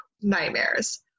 nightmares